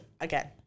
again